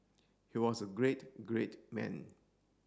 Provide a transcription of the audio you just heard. he was a great great man